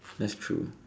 that's true